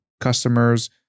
customers